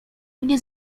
mnie